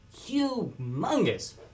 humongous